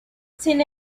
sin